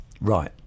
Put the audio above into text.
right